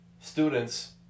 students